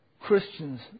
Christians